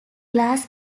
glass